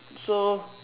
so